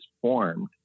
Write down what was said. formed